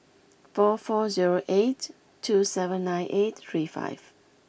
four four zero eight two seven nine eight three five